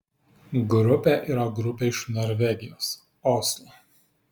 grupė yra grupė iš norvegijos oslo